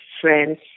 friends